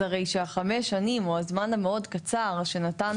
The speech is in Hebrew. אז הרי שהחמש שנים או הזמן המאוד קצר שנתנו